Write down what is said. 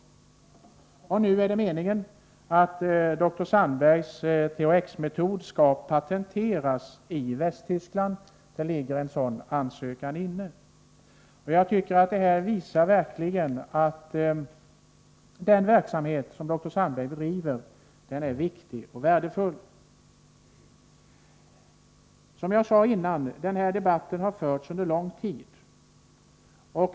Nu är det meningen att dr Sandbergs THX-metod skall patenteras i Västtysk Nr 95 land. En ansökan ligger redan inne. Det här visar verkligen att dr Sandbergs SR Fredagen den verksamhet är viktig och värdefull. 9 mars 1984 Som jag redan har framhållit har debatten förts under en lång tid.